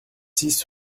six